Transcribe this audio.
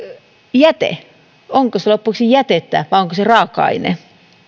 jäte onko se loppujen lopuksi jätettä vai onko se raaka aine